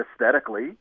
aesthetically